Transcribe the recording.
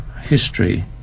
history